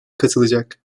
katılacak